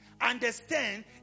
understand